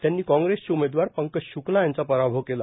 त्यांनी काँग्रेसचे उमेदवार पंकज श्रुक्ला यांचा पराभव केला